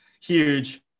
huge